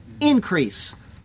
increase